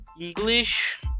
english